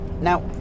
Now